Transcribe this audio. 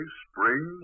spring